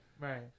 right